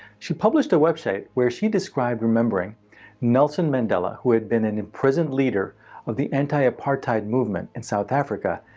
she published a website where she described remembering nelson mandela, who had been an imprisoned leader of the anti-apartheid movement in south africa,